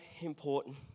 important